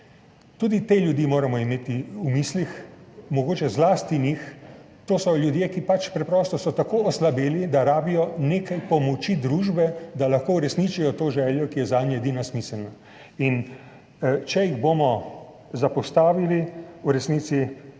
Tudi te ljudi moramo imeti v mislih, mogoče zlasti njih. To so ljudje, ki pač preprosto so tako oslabeli, da rabijo nekaj pomoči družbe, da lahko uresničijo to željo, ki je zanje edina smiselna. Če jih bomo zapostavili, smo v resnici